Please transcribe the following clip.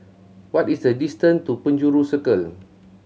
what is the distance to Penjuru Circle